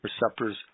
receptors